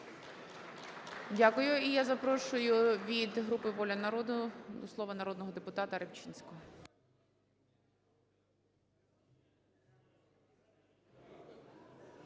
Дякую. І я запрошую від групи "Воля народу" слово народного депутата Рибчинського.